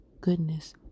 goodness